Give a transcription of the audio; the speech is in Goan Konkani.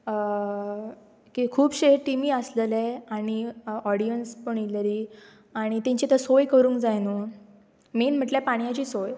की खुबशे टिमी आसलेले आनी ऑडियन्स पण आयलेली आनी तांची तो सोय करूंक जाय न्हय मेन म्हटल्यार पाणयची सोय